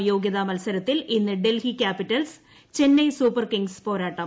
L രണ്ടാം യോഗ്യതാ മൽസരത്തിൽ ഇന്ന് Delhi Capitals Chennai Super Kings പോരാട്ടം